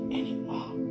anymore